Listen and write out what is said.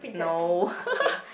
no